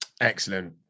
Excellent